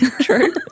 True